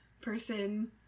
person